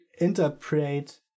interpret